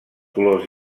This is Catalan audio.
colors